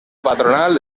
patronal